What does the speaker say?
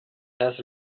has